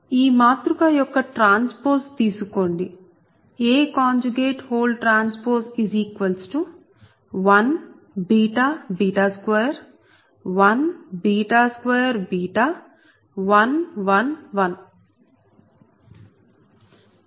ఈ మాతృక యొక్క ట్రాన్స్పోజ్ తీసుకోండి AT1 2 1 2 1 1 1